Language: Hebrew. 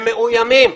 הם מאוימים.